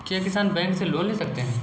क्या किसान बैंक से लोन ले सकते हैं?